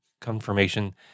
confirmation